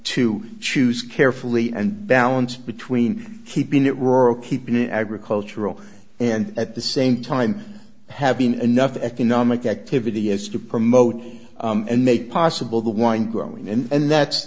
to choose carefully and balance between keeping it rural keep it agricultural and at the same time have been enough economic activity is to promote and make possible the wine growing and that's